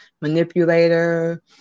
manipulator